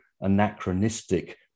anachronistic